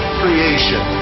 creation